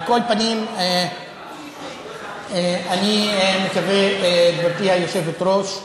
על כל פנים, אני מקווה, גברתי היושבת-ראש,